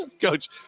Coach